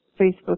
Facebook